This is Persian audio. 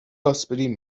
آسپرین